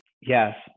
Yes